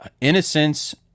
innocence